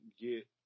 get